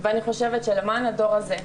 אני חושבת שלמען הדור הזה,